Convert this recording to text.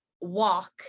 walk